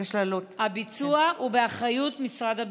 הביצוע הוא באחריות משרד הביטחון.